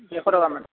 ডেৰশ টকা মান